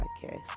podcast